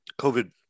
COVID